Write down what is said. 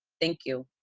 thank you.